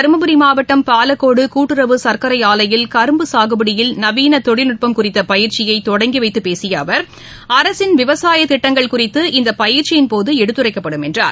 தருமபுரி மாவட்டம் பாலக்கோடுகூட்டுறவு சர்க்கரைஆலையில் கரும்பு சாகுபடியில் நவீனதொழில்நுட்பம் குறித்தபயிற்சியைதொடங்கிவைத்துபேசியஅவர் திட்டங்கள் விவசாயத் குறித்த இந்தபயிற்சியின்போதுஎடுத்துரைக்கப்படும் என்றார்